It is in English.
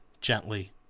gently